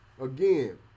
Again